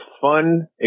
fun